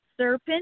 serpent